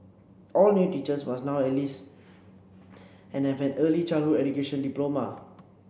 all new teachers must now have least and have a an early childhood education diploma